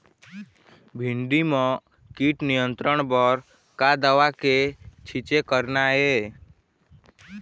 भिंडी म कीट नियंत्रण बर का दवा के छींचे करना ये?